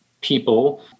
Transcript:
people